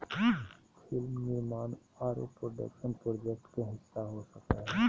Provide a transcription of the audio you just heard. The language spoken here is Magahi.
फिल्म निर्माण आरो प्रोडक्शन प्रोजेक्ट के हिस्सा हो सको हय